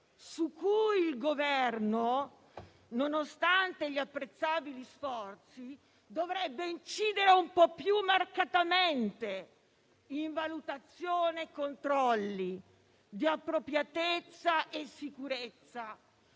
su questo, nonostante gli apprezzabili sforzi, dovrebbe incidere un po' più marcatamente in valutazione e controlli di appropriatezza e sicurezza,